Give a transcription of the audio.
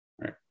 right